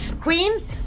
Queen